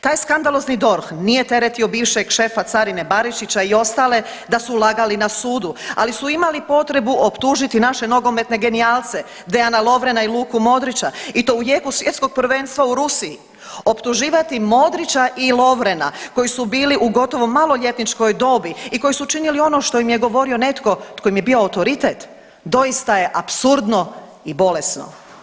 Taj skandalozni DORH nije teretio bivšeg šefa carine Barišića i ostale da su lagali na sudu, ali su imali potrebu optužiti naše nogometne genijalce Dejana Lovrena i Luku Modrića i to u jeku Svjetskog prvenstva u Rusiji, optuživati Modrića i Lovrena koji su bili u gotovo maloljetničkoj dobi i koji su činili ono što im je govorio netko tko im je bio autoritet doista je apsurdno i bolesno.